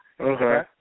Okay